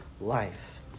life